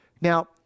Now